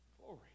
Glory